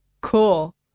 Cool